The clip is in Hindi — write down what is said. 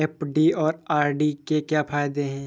एफ.डी और आर.डी के क्या फायदे हैं?